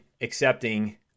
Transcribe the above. accepting